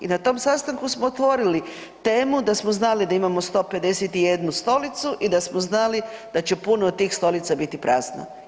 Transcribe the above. I na tom sastanku smo otvorili temu da smo znali da imamo 151 stolicu i da smo znali da će puno od tih stolica biti prazno.